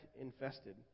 infested